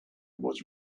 was